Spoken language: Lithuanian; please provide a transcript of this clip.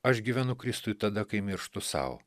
aš gyvenu kristui tada kai mirštu sau